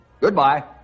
Goodbye